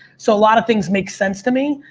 so a lot of things make sense to me.